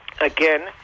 Again